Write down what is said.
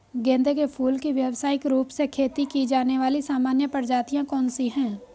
गेंदे के फूल की व्यवसायिक रूप से खेती की जाने वाली सामान्य प्रजातियां कौन सी है?